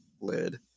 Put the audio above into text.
lid